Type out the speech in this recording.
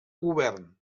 govern